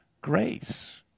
grace